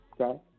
okay